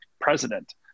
president